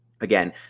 Again